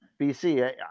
bc